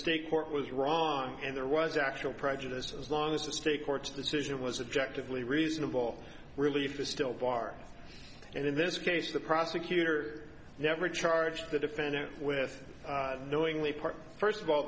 state court was wrong and there was actual prejudice as long as the state courts decision was subjectively reasonable relief is still far and in this case the prosecutor never charged the defendant with knowingly part first of all